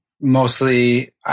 Mostly